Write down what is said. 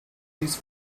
ließ